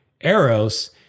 Eros